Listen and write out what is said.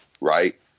right